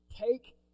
Take